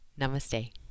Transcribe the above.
Namaste